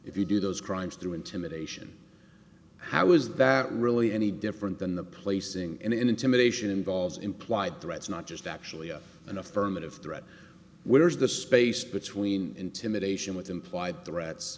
if you do those crimes through intimidation how is that really any different than the placing intimidation involves implied threats not just actually an affirmative threat where is the space between intimidation with implied threats